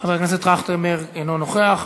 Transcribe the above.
חבר הכנסת טרכטנברג אינו נוכח.